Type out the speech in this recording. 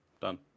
done